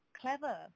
clever